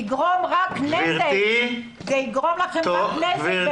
רק יגרום נזק ויגרום לכם בכנסת...